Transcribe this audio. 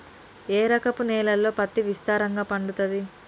ఏ రకపు నేలల్లో పత్తి విస్తారంగా పండుతది?